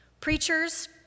Preachers